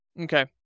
Okay